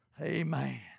Amen